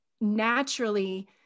naturally